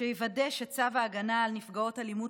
שיוודא שצו ההגנה על נפגעות אלימות